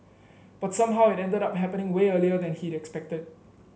but somehow it ended up happening way earlier than he'd expected